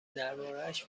دربارهاش